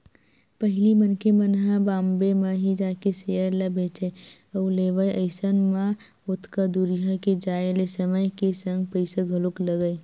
पहिली मनखे मन ह बॉम्बे म ही जाके सेयर ल बेंचय अउ लेवय अइसन म ओतका दूरिहा के जाय ले समय के संग पइसा घलोक लगय